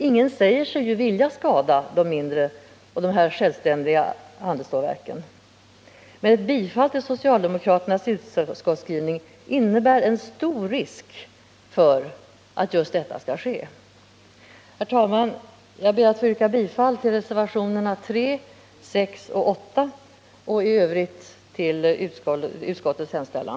Ingen säger sig ju vilja skada de mindre och självständiga handelsstålverken, men ett bifall till socialdemokraternas utskottsskrivning innebär en stor risk för att just detta skall ske. Herr talman! Jag ber att få yrka bifall till reservationerna 3, 6 och 8 och i övrigt bifall till utskottets hemställan.